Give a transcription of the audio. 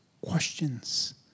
questions